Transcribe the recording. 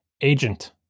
agent